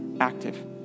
active